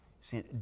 See